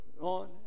on